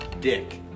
Dick